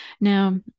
now